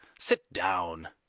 sit down.